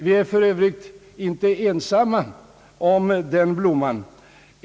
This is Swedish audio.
Vi är för övrigt inte ensamma om den blomman.